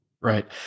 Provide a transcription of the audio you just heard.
Right